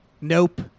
nope